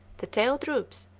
the tail droops,